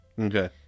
Okay